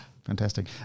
Fantastic